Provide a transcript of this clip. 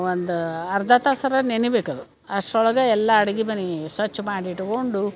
ಒಂದು ಅರ್ಧ ತಾಸರ ನೆನಿಬೇಕು ಅದು ಅಷ್ಟರೊಳಗ ಎಲ್ಲಾ ಅಡ್ಗಿ ಮನೆ ಸ್ವಚ್ಛ ಮಾಡಿ ಇಟ್ಕೊಂಡು